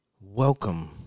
Welcome